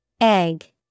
Egg